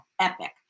epic